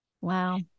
Wow